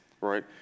right